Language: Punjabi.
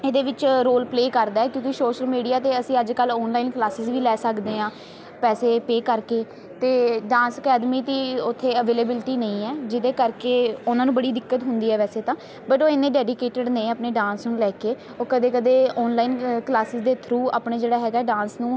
ਇਹਦੇ ਵਿੱਚ ਰੋਲ ਪਲੇਅ ਕਰਦਾ ਕਿਉਂਕਿ ਸ਼ੋਸ਼ਲ ਮੀਡੀਆ 'ਤੇ ਅਸੀਂ ਅੱਜ ਕੱਲ੍ਹ ਔਨਲਾਈਨ ਕਲਾਸਿਜ ਵੀ ਲੈ ਸਕਦੇ ਹਾਂ ਪੈਸੇ ਪੇਅ ਕਰਕੇ ਅਤੇ ਡਾਂਸ ਅਕੈਡਮੀ ਦੀ ਉੱਥੇ ਅਵੇਲੇਬਿਲਟੀ ਨਹੀਂ ਹੈ ਜਿਹਦੇ ਕਰਕੇ ਉਹਨਾਂ ਨੂੰ ਬੜੀ ਦਿੱਕਤ ਹੁੰਦੀ ਹੈ ਵੈਸੇ ਤਾਂ ਬਟ ਉਹ ਇੰਨੇ ਡੈਡੀਕੇਟਡ ਨੇ ਆਪਣੇ ਡਾਂਸ ਨੂੰ ਲੈ ਕੇ ਉਹ ਕਦੇ ਕਦੇ ਔਨਲਾਈਨ ਅ ਕਲਾਸਿਜ਼ ਦੇ ਥਰੂ ਆਪਣੇ ਜਿਹੜਾ ਹੈਗਾ ਡਾਂਸ ਨੂੰ